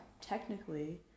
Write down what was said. technically